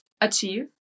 achieve